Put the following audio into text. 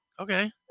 okay